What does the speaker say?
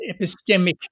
epistemic